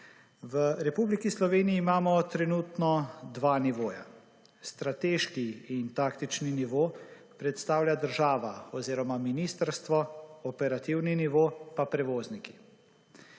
V Republiki Sloveniji imamo trenutno dva nivoja. Strateški in taktični nivo predstavlja država oziroma ministrstvo, operativni nivo pa prevozniki.